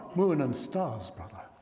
moon, and stars, brother,